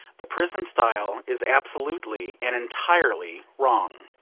the prison style is absolutely and entirely wrong.